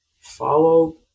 follow